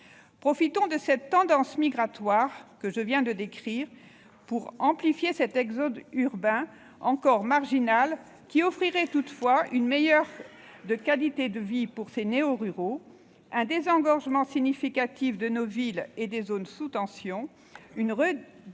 Profitons de la tendance migratoire que je viens de décrire pour amplifier cet exode urbain, encore marginal, qui permettrait une meilleure qualité de vie pour les néo-ruraux, un désengorgement significatif de nos villes et des zones sous tension et une redynamisation